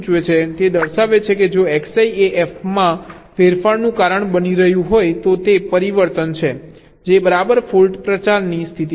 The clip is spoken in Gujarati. તે દર્શાવે છે કે જો Xi એ f માં ફેરફારનું કારણ બની રહ્યું હોય તો તે પરિવર્તન છે જે બરાબર ફોલ્ટ પ્રચારની સ્થિતિ છે